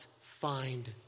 find